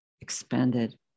expanded